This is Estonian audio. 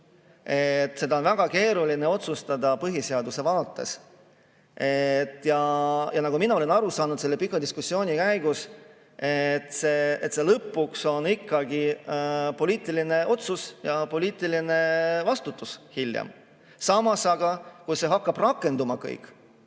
Seda on väga keeruline otsustada põhiseaduse vaates. Ja nagu mina olen aru saanud selle pika diskussiooni käigus, lõpuks on see ikkagi poliitiline otsus ja poliitiline vastutus hiljem. Samas, kui see kõik hakkab rakenduma ja